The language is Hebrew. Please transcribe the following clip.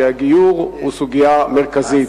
שהגיור הוא סוגיה מרכזית.